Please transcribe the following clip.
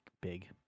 big